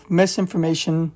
misinformation